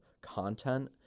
content